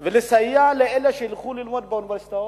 ולאלה שילכו ללמוד באוניברסיטאות,